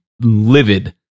livid